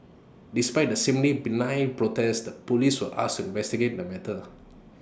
despite the seemingly benign protest the Police were asked investigate the matter